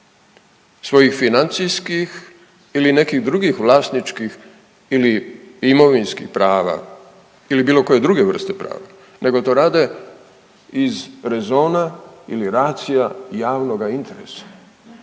svojih financijskih ili nekih drugih vlasničkih ili imovinskih prava ili bilo koje druge vrste prava, nego to rade iz rezona ili ratio-a javnoga interesa,